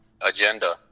agenda